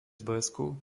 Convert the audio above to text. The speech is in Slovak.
blesku